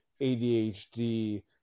ADHD